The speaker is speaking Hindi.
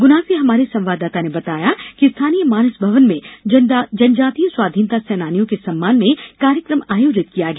गुना से हमारे संवाददाता ने बताया कि स्थानीय मानस भवन में जनजातीय स्वाधीनता सेनानियों के सम्मान में कार्यक्रम आयोजित किया गया